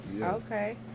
Okay